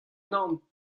unan